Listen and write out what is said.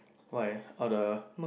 why all the